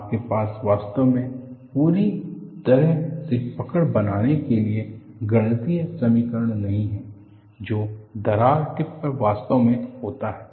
आपके पास वास्तव में पूरी तरह से पकड़ बनने के लिए गणितीय समीकरण नहीं हैं जो दरार टिप पर वास्तव में होता है